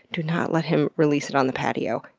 do not let him release it on the patio.